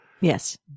Yes